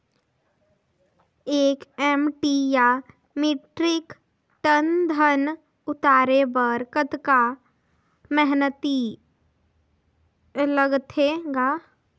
एक एम.टी या metric ton धन उतारे बर कतका मेहनती लगथे ग?